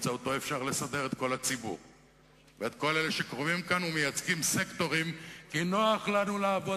חבר כנסת יוכל לעבור, אבל רובם יוכלו לעבור